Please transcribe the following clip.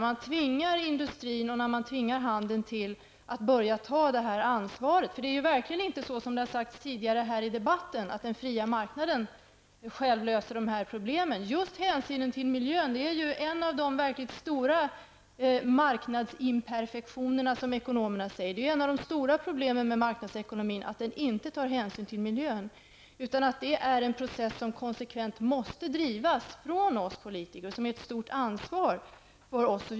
Man tvingar industrin och handeln att börja ta detta ansvar. Det är verkligen inte så -- som det sagts tidigare här i debatten -- att den fria marknaden själv löser dessa problem. Just bristen på hänsyn till miljön är en av de stora marknadsimperfektionerna, som ekonomerna säger. Det är ju en av de stora problemen med marknadsekonomin, att den inte tar hänsyn till miljön. Det är en process som konsekvent måste drivas av oss politiker. Det är ett stort ansvar för oss.